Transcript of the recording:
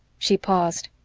she paused.